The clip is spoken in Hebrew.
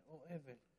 או מודעות אבל.